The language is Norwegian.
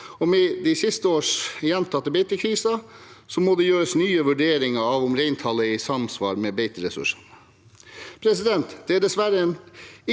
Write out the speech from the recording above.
med de siste års gjentatte beitekriser må det gjøres nye vurderinger av om reintallet er i samsvar med beiteressursene. Det er dessverre